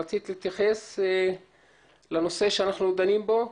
רצית להתייחס לנושא שאנחנו דנים בו.